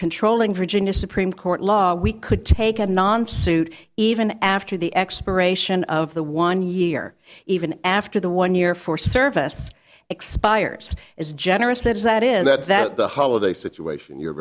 control in virginia supreme court law we could take a non suit even after the expiration of the one year even after the one year for service expires is generous that is that is that that the holiday situation you're